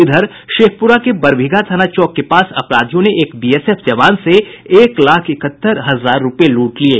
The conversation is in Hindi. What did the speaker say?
इधर शेखप्रा के बरबीघा थाना चौक के पास अपराधियों ने एक बीएसएफ जवान से एक लाख इकहत्तर हजार रूपये लूट लिये